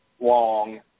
Long